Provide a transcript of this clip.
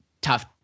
tough